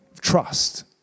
trust